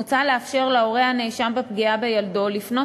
מוצע לאפשר להורה הנאשם בפגיעה בילדו לפנות